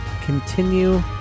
continue